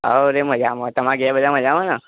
હવ રે મજામાં તમારા ઘેર બધાં મજામાં ને